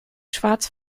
schwarz